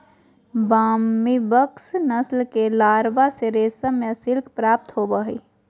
Bombyx नस्ल के larva से रेशम या सिल्क प्राप्त होबा हइ